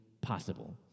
possible